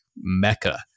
Mecca